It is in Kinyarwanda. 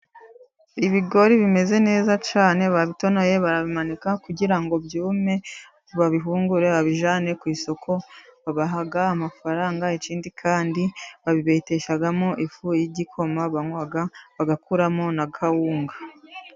Ibigori bimeze neza cyane babitonoye barabimanika, kugira ngo byume babihungure, abijyane ku isoko babaha amafaranga, ikindi kandi babibeteshamo ifu y'igikoma banywa, bakuramo na kawunga.